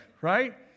right